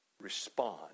respond